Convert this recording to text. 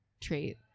trait